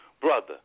brother